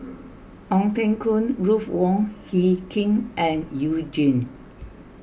Ong Teng Koon Ruth Wong Hie King and You Jin